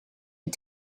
een